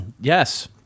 Yes